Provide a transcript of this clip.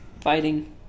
fighting